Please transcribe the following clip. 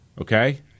Okay